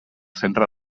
centre